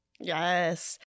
Yes